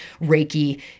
reiki